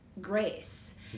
Grace